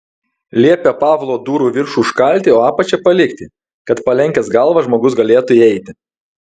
liepė pavlo durų viršų užkalti o apačią palikti kad palenkęs galvą žmogus galėtų įeiti